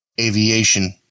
aviation